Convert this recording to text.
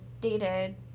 dated